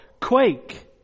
quake